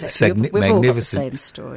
magnificent